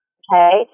okay